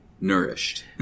Nourished